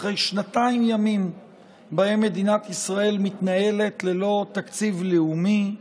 אחרי שנתיים ימים שבהם מדינת ישראל מתנהלת ללא תקציב לאומי,